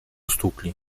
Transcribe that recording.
stłukli